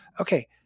okay